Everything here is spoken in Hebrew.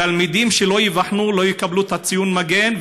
תלמידים שלא ייבחנו לא יקבלו את ציון המגן,